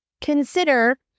consider